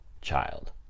child